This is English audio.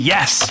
Yes